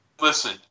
Listen